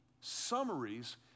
summaries